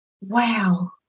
Wow